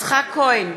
יצחק כהן,